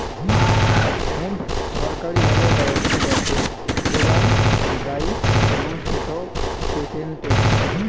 hemp ছরকারি ভাবে কয়েকটি দ্যাশে যোগান যাই এবং সেটো পেটেন্টেড